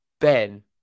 Ben